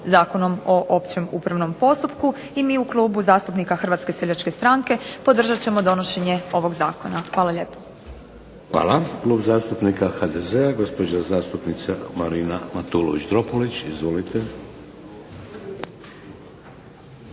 Zakonom o općem upravnom postupku i mi u Klubu zastupnika Hrvatske seljačke stranke podržat ćemo donošenje ovog zakona. Hvala lijepo. **Šeks, Vladimir (HDZ)** Hvala. Klub zastupnika HDZ-a, gospođa zastupnica Marina Matulović Dropulić. Izvolite.